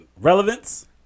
relevance